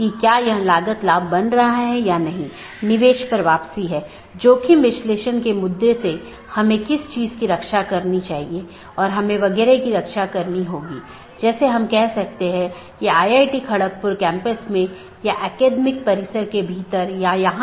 तो इसका मतलब यह है कि OSPF या RIP प्रोटोकॉल जो भी हैं जो उन सूचनाओं के साथ हैं उनका उपयोग इस BGP द्वारा किया जा रहा है